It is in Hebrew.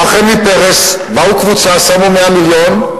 בא חמי פרס, באו קבוצה ושמו 100 מיליון.